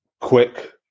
quick